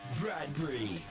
Bradbury